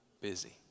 busy